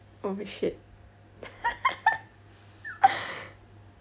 oh shit